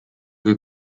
che